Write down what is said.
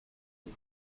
sup